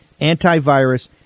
antivirus